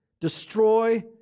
destroy